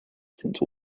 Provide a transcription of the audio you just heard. since